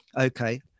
Okay